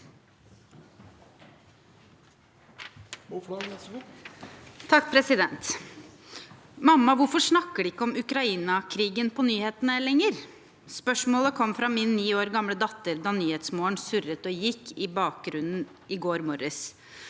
Mamma, hvorfor snakker de ikke om Ukraina-krigen på nyhetene lenger? Spørsmålet kom fra min ni år gamle datter da Nyhetsmorgen surret og gikk i bakgrunnen i går morges.